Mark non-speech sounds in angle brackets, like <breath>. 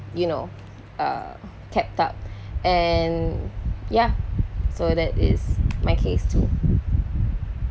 you know uh kept up <breath> and yeah so that is my case too